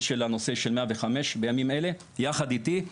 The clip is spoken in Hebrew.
של הנושא של 105 בימים אלה יחד איתי,